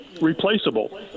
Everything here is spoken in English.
replaceable